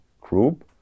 group